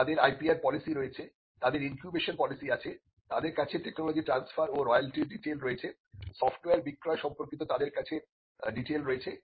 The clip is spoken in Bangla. তাদের IPR পলিসি রয়েছে তাদের ইনকিউবেশন পলিসি আছে তাদের কাছে টেকনোলজি ট্রান্সফার ও রয়ালটির ডিটেইল রয়েছে সফটওয়্যার বিক্রয় সম্পর্কিত তাদের কাছে ডিটেইল রয়েছে